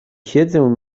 siedzę